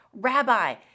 Rabbi